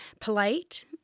polite